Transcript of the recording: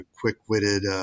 quick-witted